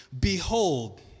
Behold